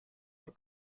are